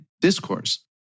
discourse